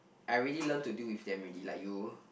I really love to do if than really like you